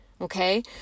Okay